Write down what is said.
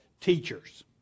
teachers